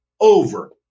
over